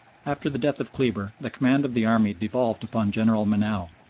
after the death of kleber the command of the army devolved upon general menou.